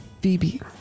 Phoebe